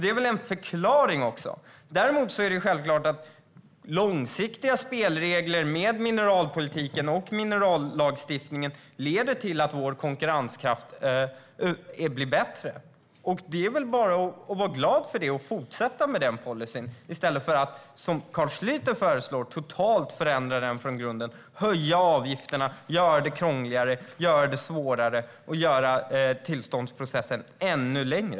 Det är en förklaring. Däremot är det självklart att långsiktiga spelregler i mineralpolitiken och minerallagstiftningen leder till att Sveriges konkurrenskraft blir bättre. Det är väl bara att vara glad för det och att fortsätta med denna policy i stället för att, som Carl Schlyter föreslår, totalt förändra den från grunden, höja avgifterna, göra det krångligare, göra det svårare och göra tillståndsprocessen ännu längre.